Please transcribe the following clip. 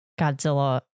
Godzilla